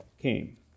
came